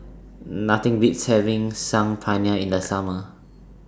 Nothing Beats having Saag Paneer in The Summer